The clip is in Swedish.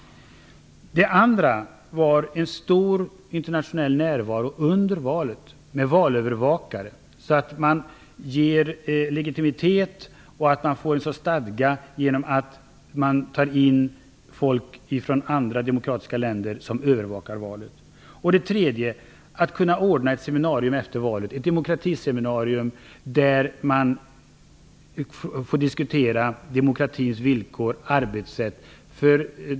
Den andra frågan handlade om en stor internationell närvaro under valet. Man vill ges legitimitet och stadga genom att folk tas in från andra demokratiska länder för att övervaka valet. Den tredje frågan handlade om att kunna ordna ett seminarium efter valet, ett demokratiseminarium där man får diskutera demokratins villkor och arbetssätt.